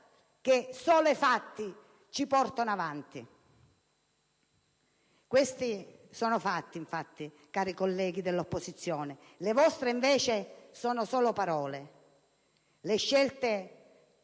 che solo i fatti ci portano avanti. E questi appunto sono fatti, cari colleghi dell'opposizione; le vostre, invece, sono solo parole. Le scelte